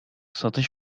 satış